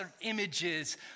images